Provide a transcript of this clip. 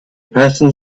person